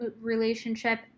relationship